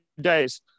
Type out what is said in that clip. days